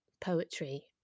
poetry